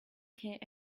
care